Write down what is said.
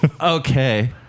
Okay